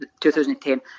2010